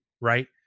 right